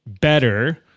better